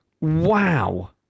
Wow